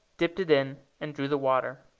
dipped it in, and drew the water.